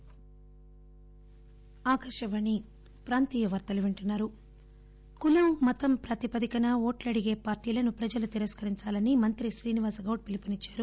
కులం మతం ప్రాతిపదికన ఓట్లు అడిగే పార్టీలను ప్రజలు తిరస్కరించాలని మంత్రి శ్రీనివాస్ గౌడ్ పిలుపునిచ్చారు